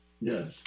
Yes